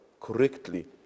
correctly